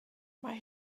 mae